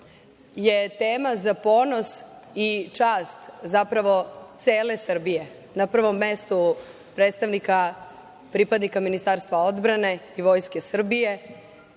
je tema za ponos i čast, zapravo, cele Srbije, na prvom mestu predstavnika pripadnika Ministarstva odbrane i Vojske Srbije. Žao